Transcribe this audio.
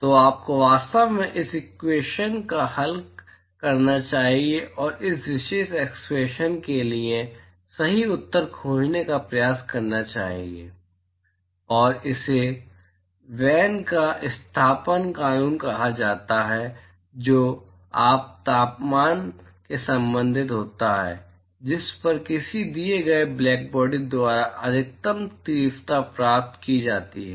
तो आपको वास्तव में इस इक्वेशन को हल करना चाहिए और उस विशेष एक्सप्रेशन के लिए सही उत्तर खोजने का प्रयास करना चाहिए और इसे वेन का विस्थापन कानून कहा जाता है जो उस तापमान से संबंधित होता है जिस पर किसी दिए गए ब्लैकबॉडी द्वारा अधिकतम तीव्रता प्राप्त की जाती है